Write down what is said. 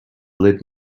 let